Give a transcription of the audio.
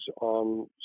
on